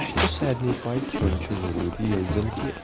اسہِ چھُ سارنی پے کھیوٚن چھُ ضروٗری ییٚلہِ زَن کہِ